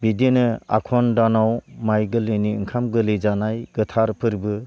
बिदिनो आघन दानाव माइ गोरलैनि ओंखाम गोरलै जानाय गोथार फोरबो